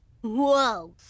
Whoa